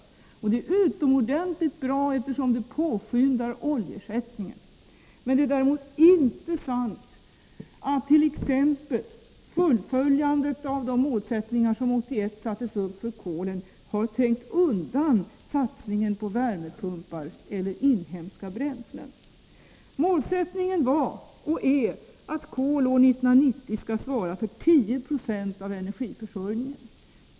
Den utvecklingen är utomordentligt bra, eftersom den påskyndar oljeersättningen. Däremot är det inte sant att t.ex. fullföljandet av arbetet på att uppnå det mål som sattes upp 1981 beträffande kolet har trängt undan satsningen på värmepumpar eller inhemska bränslen. Målet var, och är, att kol år 1990 skall svara för 10 96 av energiförsörjningen.